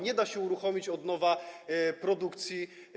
Nie da się uruchomić tam od nowa produkcji.